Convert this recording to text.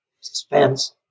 suspense